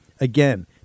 Again